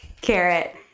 Carrot